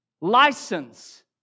license